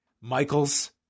Michael's